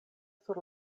sur